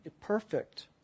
perfect